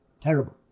terrible